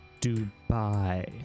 Dubai